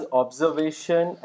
observation